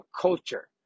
culture